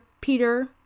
Peter